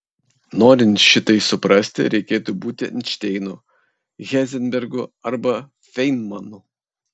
norint šitai suprasti reikėtų būti einšteinu heizenbergu arba feinmanu